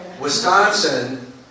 Wisconsin